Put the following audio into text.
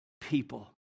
people